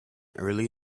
early